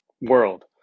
world